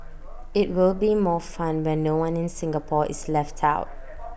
IT will be more fun when no one in Singapore is left out